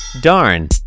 Darn